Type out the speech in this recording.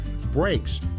Brakes